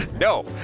no